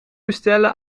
bestellen